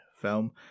film